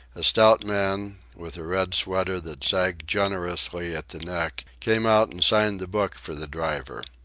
a stout man, with a red sweater that sagged generously at the neck, came out and signed the book for the driver.